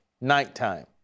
nighttime